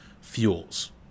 fuels